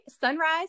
Sunrise